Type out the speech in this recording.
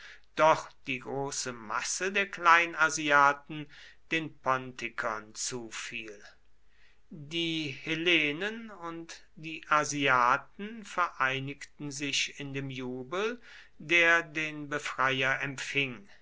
doch die große masse der kleinasiaten den pontikern zufiel die hellenen und die asiaten vereinigten sich in dem jubel der den befreier empfing